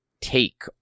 take